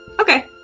Okay